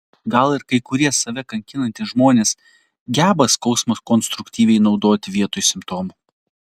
gal ir kai kurie save kankinantys žmonės geba skausmą konstruktyviai naudoti vietoj simptomų